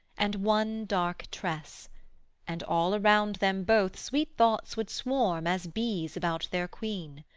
and one dark tress and all around them both sweet thoughts would swarm as bees about their queen.